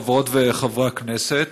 חברות וחברי הכנסת,